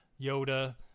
Yoda